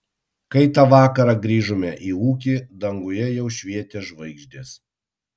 kai tą vakarą grįžome į ūkį danguje jau švietė žvaigždės